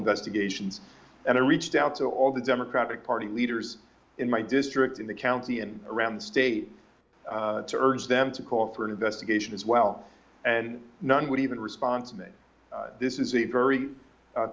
investigations and i reached out to all the democratic party leaders in my district in the county and around the state to urge them to call for an investigation as well and none would even response me this is a very